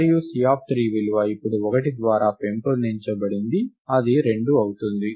మరియు C3 విలువ ఇప్పుడు 1 ద్వారా పెంపొందించబడింది అది 2 అవుతుంది